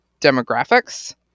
demographics